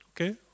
Okay